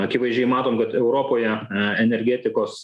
akivaizdžiai matom kad europoje energetikos